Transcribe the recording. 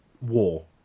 war